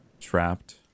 trapped